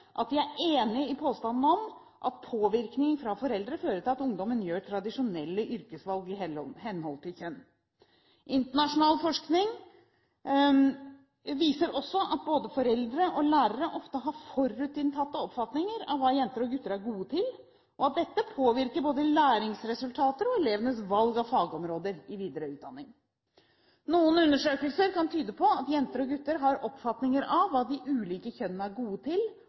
at de er enig i påstanden om at «påvirkning fra foreldre fører til at ungdommen gjør tradisjonelle yrkesvalg i henhold til kjønn». Internasjonal forskning viser også at både foreldre og lærere ofte har forutinntatte oppfatninger av hva jenter og gutter er gode til, og at dette påvirker både læringsresultater og elevenes valg av fagområder i videre utdanning. Noen undersøkelser kan tyde på at jenter og gutter har oppfatninger av hva de ulike kjønnene er gode til,